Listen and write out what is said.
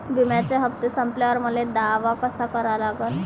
बिम्याचे हप्ते संपल्यावर मले दावा कसा करा लागन?